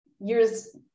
years